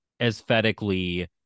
Aesthetically